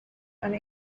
and